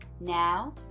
Now